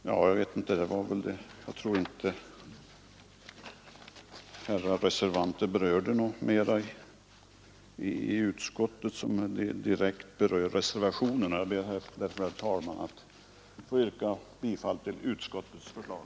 Jag tror inte att herrar reservanter tagit upp något mera i betänkandet som direkt berör reservationerna. Jag ber därför, herr talman, att få yrka bifall till utskottets förslag.